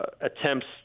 attempts